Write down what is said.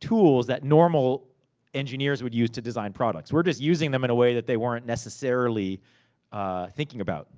tools that normal engineers would use to design products. we're just using them in a way that they weren't necessarily thinking about.